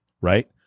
right